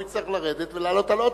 הוא יצטרך לרדת ולעלות על אוטובוס.